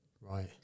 right